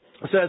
says